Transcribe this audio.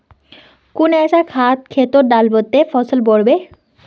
कुन ऐसा खाद खेतोत डालबो ते फसल बढ़बे?